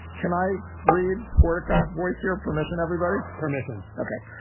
can i read sport aircraft voice your permission, everybody. permission, ok.